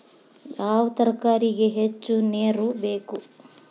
ಯಾವ ತರಕಾರಿಗೆ ಹೆಚ್ಚು ನೇರು ಬೇಕು?